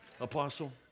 apostle